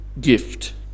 gift